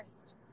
first